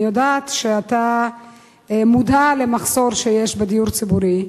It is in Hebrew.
אני יודעת שאתה מודע למחסור שיש בדיור ציבורי,